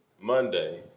Monday